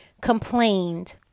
complained